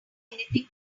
anything